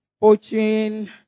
poaching